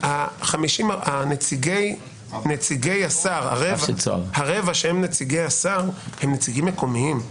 הרבע שהם נציגי השר הם נציגים מקומיים.